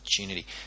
opportunity